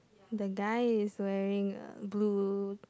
the guy is wearing a blue